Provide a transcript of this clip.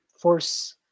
force